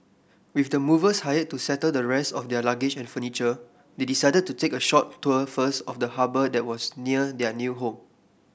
with the movers hired to settle the rest of their luggage and furniture they decided to take a short tour first of the harbour that was near their new home